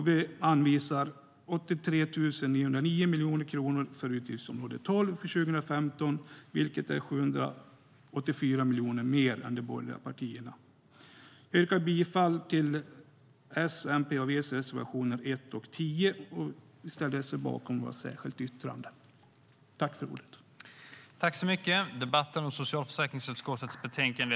Vi anvisar 83 909 miljoner kronor för utgiftsområde 12 för 2015, vilket är 784 miljoner mer än de borgerliga partierna.